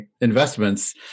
investments